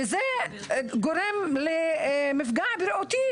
וזה גורם למפגע בריאותי,